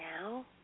Now